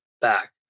back